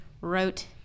wrote